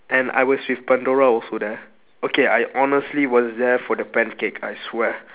and I was with pandora also there okay I honestly was there for the pancake I swear